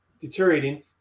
deteriorating